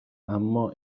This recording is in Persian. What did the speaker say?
اما